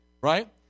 right